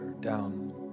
down